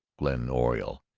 glen oriole.